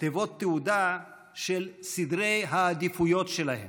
תיבות תהודה של סדרי העדיפויות שלהם.